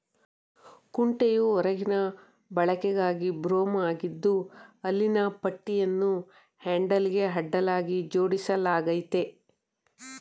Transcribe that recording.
ಕುಂಟೆಯು ಹೊರಗಿನ ಬಳಕೆಗಾಗಿ ಬ್ರೂಮ್ ಆಗಿದ್ದು ಹಲ್ಲಿನ ಪಟ್ಟಿಯನ್ನು ಹ್ಯಾಂಡಲ್ಗೆ ಅಡ್ಡಲಾಗಿ ಜೋಡಿಸಲಾಗಯ್ತೆ